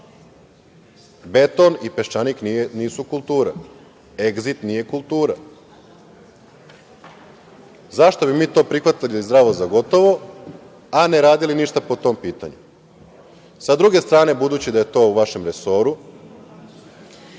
i „Peščanik“ nisu kultura, „Egzit“ nije kultura. Zašto bi mi to prihvatili zdravo za gotovo, a ne radili ništa po tom pitanju. Sa druge strane, budući da je to u vašem resoru,